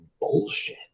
bullshit